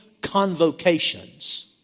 convocations